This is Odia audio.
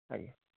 ଆଜ୍ଞା